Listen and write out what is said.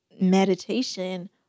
meditation